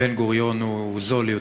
בן-גוריון הוא זול יותר.